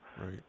Right